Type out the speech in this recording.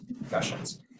discussions